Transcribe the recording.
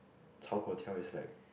炒粿条 is like